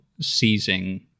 seizing